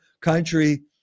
country